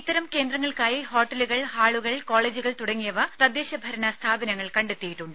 ഇത്തരം കേന്ദ്രങ്ങൾക്കായി ഹോട്ടലുകൾ ഹാളുകൾ കോളേജുകൾ തുടങ്ങിയവ തദ്ദേശ ഭരണ സ്ഥാപനങ്ങൾ കണ്ടെത്തിയിട്ടുണ്ട്